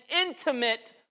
intimate